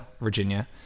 Virginia